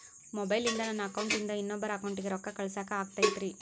ಮೊಬೈಲಿಂದ ನನ್ನ ಅಕೌಂಟಿಂದ ಇನ್ನೊಬ್ಬರ ಅಕೌಂಟಿಗೆ ರೊಕ್ಕ ಕಳಸಾಕ ಆಗ್ತೈತ್ರಿ?